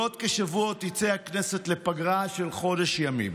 בעוד כשבוע תצא הכנסת לפגרה של חודש ימים,